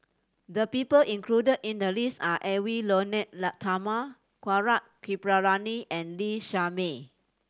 the people included in the list are Edwy Lyonet Talma Gaurav Kripalani and Lee Shermay